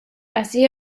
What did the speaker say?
así